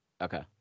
Okay